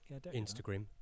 Instagram